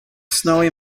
snowy